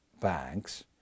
banks